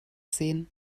sehen